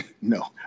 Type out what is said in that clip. no